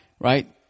Right